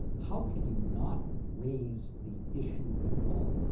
how can you not raise the issue at all?